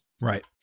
right